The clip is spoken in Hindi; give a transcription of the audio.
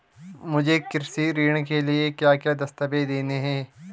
मुझे कृषि ऋण के लिए क्या क्या दस्तावेज़ देने हैं?